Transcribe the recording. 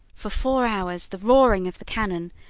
for four hours the roaring of the cannon,